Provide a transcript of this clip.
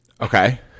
Okay